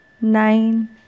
nine